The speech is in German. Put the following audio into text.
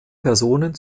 personen